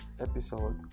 episode